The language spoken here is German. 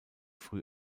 früh